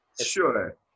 Sure